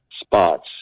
spots